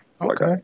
Okay